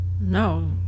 No